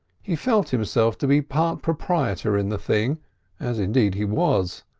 he felt himself to be part proprietor in the thing as, indeed, he was.